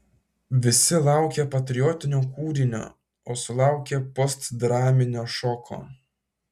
visi laukė patriotinio kūrinio o sulaukė postdraminio šoko